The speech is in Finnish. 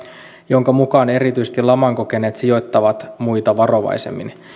jonka mukaan erityisesti laman kokeneet sijoittavat muita varovaisemmin